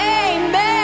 amen